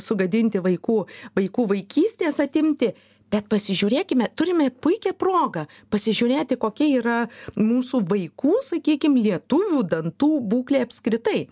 sugadinti vaikų vaikų vaikystės atimti bet pasižiūrėkime turime puikią progą pasižiūrėti kokie yra mūsų vaikų sakykim lietuvių dantų būklė apskritai